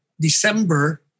December